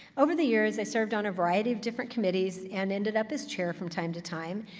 over the years, i served on a variety of different committees, and ended up as chair from time to time.